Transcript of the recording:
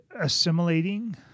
assimilating